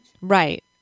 Right